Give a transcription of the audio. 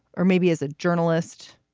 or maybe as a journalist.